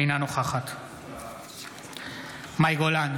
אינה נוכחת מאי גולן,